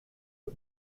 hij